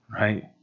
right